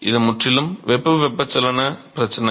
இது முற்றிலும் வெற்று வெப்பச்சலன பிரச்சனை